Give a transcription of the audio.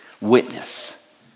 witness